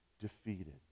defeated